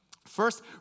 First